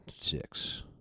six